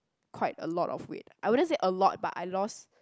quite a lot of weight I wouldn't say a lot but I lost